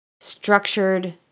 structured